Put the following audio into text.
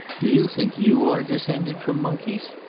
do you think you are descended from monkeys?